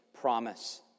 promise